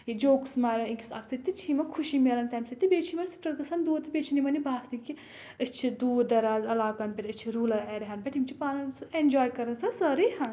jokes مارَن أکِس اکھ سۭتۍ تہِ چھِ یِمَن خۄشی مِلن تَمہِ سۭتۍ تہٕ بیٚیہِ چھِ یِمَن سٕٹرَس گژھان دوٗر تہٕ بیٚیہِ چھِنہٕ یِمَن یہِ باسان کہِ أسۍ چھِ دوٗر دَراز علاقَن پؠٹھ أسۍ چھِ روٗلَر اَیٚریَاہَن پؠٹھ یِم چھِ پان وٲنۍ اؠنجاے کَران سۄ سٲرٕے